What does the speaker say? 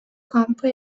kampı